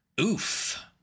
Oof